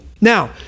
Now